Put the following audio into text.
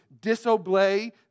disobey